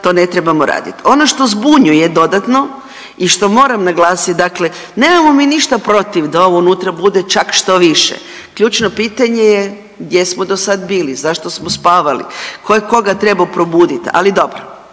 to ne trebamo raditi. Ono što zbunjuje dodatno i što moram naglasit, dakle nemamo mi ništa protiv da ovo unutra bude čak štoviše. Ključno pitanje je gdje smo dosad bili, zašto smo spavali, tko je koga trebao probuditi? Ali dobro.